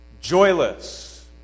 joyless